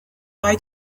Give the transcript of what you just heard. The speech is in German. bei